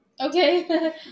Okay